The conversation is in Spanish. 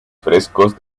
frescos